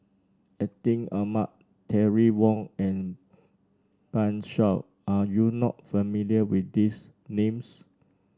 Atin Amat Terry Wong and Pan Shou are you not familiar with these names